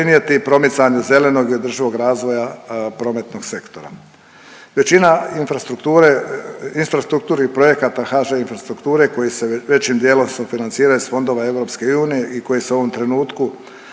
promicanju zelenog i održivog razvoja prometnog sektora. Većina infrastrukture, infrastrukturnih projekata HŽ Infrastrukture koji se većim dijelom sufinancira iz fondova EU i koji su u ovom trenutku